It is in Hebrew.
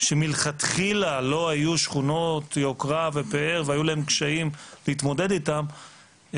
שמלכתחילה לא היו שכונות יוקרה ופאר והיו להם קשיים להתמודד איתם,